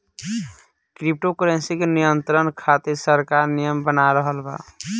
crypto currency के नियंत्रण खातिर सरकार नियम बना रहल बा